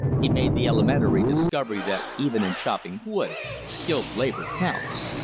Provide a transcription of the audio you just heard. he made the elementary discovery that even in chopping wood skilled labor counts.